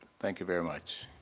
thank you very much.